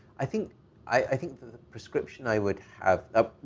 i think i think the prescription i would have. ah